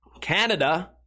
Canada